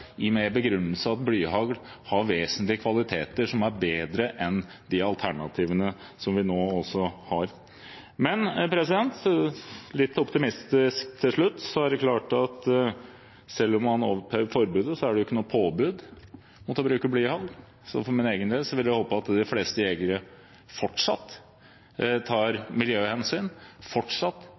med begrunnelse i at blyhagl har vesentlige kvaliteter som er bedre enn de alternativene vi har nå. Men litt optimistisk til slutt: Selv om man opphever forbudet, er det ikke noe påbud å bruke blyhagl, så for min egen del håper jeg at de fleste jegere fortsatt tar miljøhensyn, fortsatt